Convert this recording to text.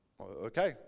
okay